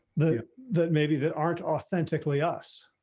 the that maybe that aren't authentically us.